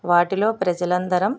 వాటిలో ప్రజలందరం